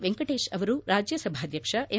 ವೆಂಕಟೇಶ್ ಅವರು ರಾಜ್ಯ ಸಭಾಧ್ಯಕ್ಷ ಎಂ